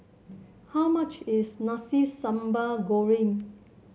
how much is Nasi Sambal Goreng